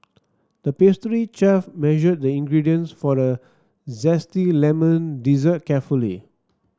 the pastry chef measured the ingredients for a zesty lemon dessert carefully